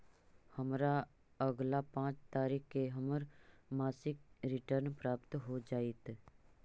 हमरा अगला पाँच तारीख के हमर मासिक रिटर्न प्राप्त हो जातइ